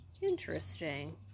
Interesting